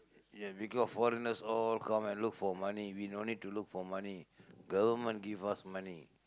ya because foreigners all come and look for money we no need to look for money government give us money